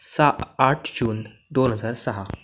सा आठ जून दोन हजार सहा